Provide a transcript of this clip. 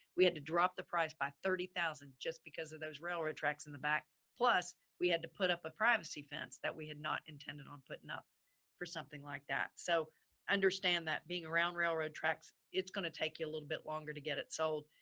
we had to drop the price by thirty thousand just because of those railroad tracks in the back. plus we had to put up a privacy fence that we had not intended on putting up for something like that. so understand that being around railroad tracks, it's going to take you a little bit longer to get it sold.